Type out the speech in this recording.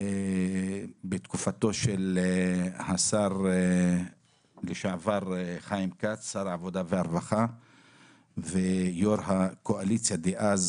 בתקופתו של שר העבודה והרווחה לשעבר חיים כץ ויו"ר הקואליציה דאז,